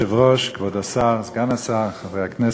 כבוד היושב-ראש, כבוד השר, סגן השר, חברי הכנסת,